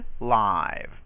live